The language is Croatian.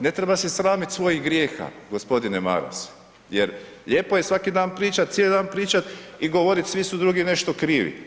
Ne treba se sramiti svojih grijeha g. Maras jer lijepo je svaki dan pričati, cijeli dan pričati i govoriti svi su drugi nešto krivi.